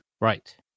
Right